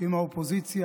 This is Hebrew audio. עם האופוזיציה,